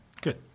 Good